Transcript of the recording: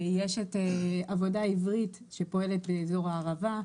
יש את "עבודה עברית" שפועלת באזור הערבה,